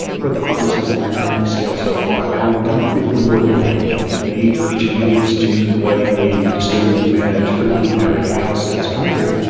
but obviously that can only scale so far. now if we were to make major changes to the way we distribute and manage food and everything else in this country,